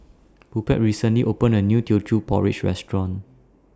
Rupert recently opened A New Teochew Porridge Restaurant